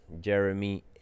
Jeremy